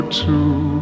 two